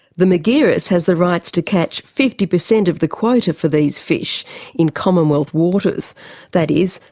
the margiris has the rights to catch fifty per cent of the quota for these fish in commonwealth waters that is,